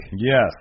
Yes